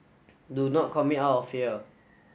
do not commit out of fear